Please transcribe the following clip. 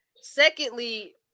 secondly